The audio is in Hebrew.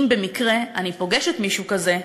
אם במקרה אני פוגשת מישהו כזה,